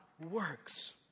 works